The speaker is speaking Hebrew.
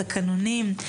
התקנונים,